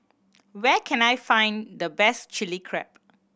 where can I find the best Chili Crab